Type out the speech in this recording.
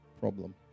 problem